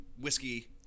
whiskey